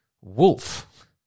wolf